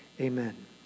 amen